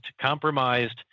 compromised